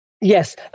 Yes